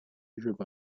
日本